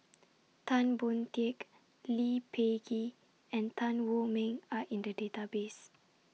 Tan Boon Teik Lee Peh Gee and Tan Wu Meng Are in The Database